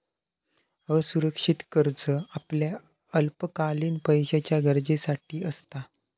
असुरक्षित कर्ज आपल्या अल्पकालीन पैशाच्या गरजेसाठी असता